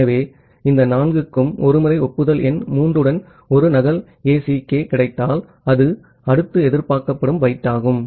ஆகவே இந்த நான்குக்கும் ஒருமுறை ஒப்புதல் எண் 3 உடன் ஒரு நகல் ACK கிடைத்தால் அது அடுத்த எதிர்பார்க்கப்படும் பைட் ஆகும்